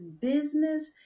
business